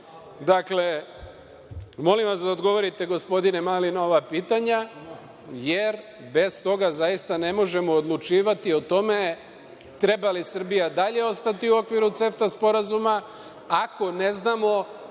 zemalja. Molim vas da odgovorite gospodine Mali na ova pitanja, jer, bez toga zaista ne možemo odlučivati o tome treba li Srbija i dalje ostati u okviru CEFTA sporazuma, ako ne znamo